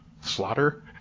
slaughter